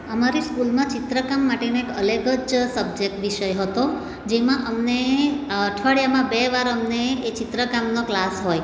અમારી સ્કૂલમાં ચિત્રકામ માટેનું એક અલગ જ સબ્જેક્ટ વિષય હતો જેમાં અમને અઠવાડિયામાં બે વાર અમને એ ચિત્ર કામનો ક્લાસ હોય